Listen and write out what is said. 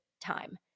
time